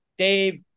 Dave